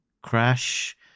Crash